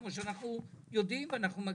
כמו שאנחנו יודעים ואנחנו מכירים.